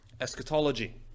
eschatology